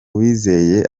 uwizeye